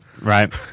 Right